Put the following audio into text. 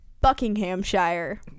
buckinghamshire